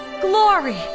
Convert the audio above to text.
glory